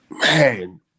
Man